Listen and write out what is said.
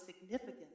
significant